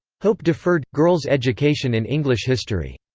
hope deferred girls' education in english history.